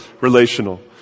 relational